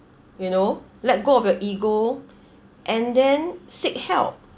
you know let go of your ego and then seek help